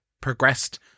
progressed